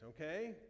okay